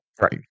right